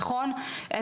נכון.